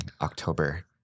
October